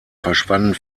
verschwanden